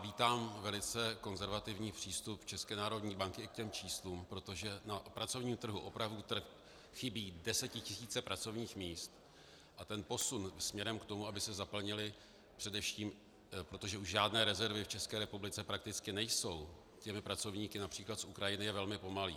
Vítám velice konzervativní přístup České národní banky i k číslům, protože na pracovním trhu teď opravdu chybí desetitisíce pracovních míst a posun směrem k tomu, aby se zaplnila především, protože už žádné rezervy v České republice prakticky nejsou, pracovníky například z Ukrajiny, je velmi pomalý.